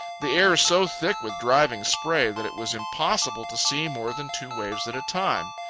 the air so thick with driving spray that it was impossible to see more than two waves at a time.